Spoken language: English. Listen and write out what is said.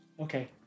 Okay